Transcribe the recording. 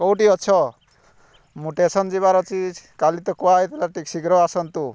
କେଉଁଠି ଅଛ ମୁଁ ଷ୍ଟେସନ୍ ଯିବାର ଅଛି କାଲି ତ କୁହା ହୋଇଥିଲା ଟିକେ ଶୀଘ୍ର ଆସନ୍ତୁ